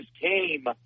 came